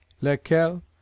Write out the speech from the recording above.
lequel